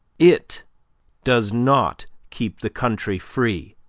it does not keep the country free.